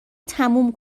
تموم